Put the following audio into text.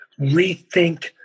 rethink